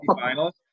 final